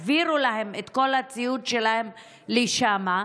העבירו את כל הציוד שלהם לשם.